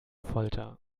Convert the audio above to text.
folter